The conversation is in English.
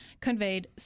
conveyed